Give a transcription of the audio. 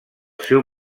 seu